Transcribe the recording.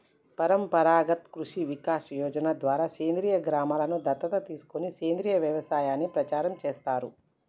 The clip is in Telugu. పరంపరాగత్ కృషి వికాస్ యోజన ద్వారా సేంద్రీయ గ్రామలను దత్తత తీసుకొని సేంద్రీయ వ్యవసాయాన్ని ప్రచారం చేస్తారు